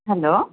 hello